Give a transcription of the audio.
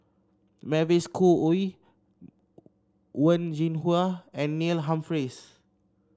Mavis Khoo Oei Wen Jinhua and Neil Humphreys